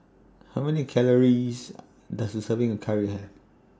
How Many Calories Does A Serving Curry Have